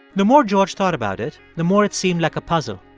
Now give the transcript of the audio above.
the more george thought about it, the more it seemed like a puzzle.